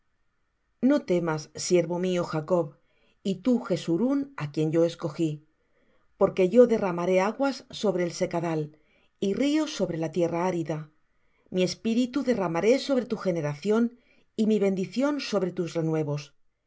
no temas siervo mío jacob y tú jeshurun á quien yo escogí porque yo derramaré aguas sobre el secadal y ríos sobre la tierra árida mi espíritu derramaré sobre tu generación y mi bendición sobre tus renuevos